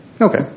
Okay